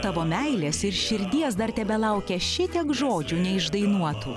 tavo meilės ir širdies dar tebelaukia šitiek žodžių neišdainuotų